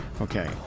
Okay